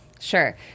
Sure